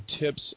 tips